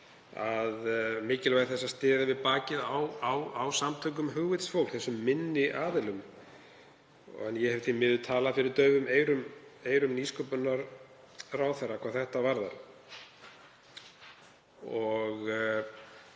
mikilvægi þess að styðja við bakið á samtökum hugvitsfólks, þessum minni aðilum. Ég hef því miður talað fyrir daufum eyrum nýsköpunarráðherra hvað það varðar.